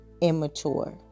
immature